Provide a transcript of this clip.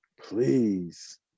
Please